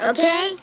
Okay